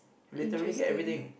interesting